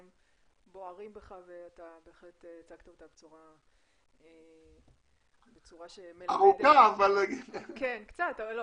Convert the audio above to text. בוערים בך ובהחלט הצגת אותם בצורה ש- -- אני מבינה